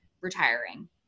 retiring